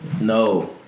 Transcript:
No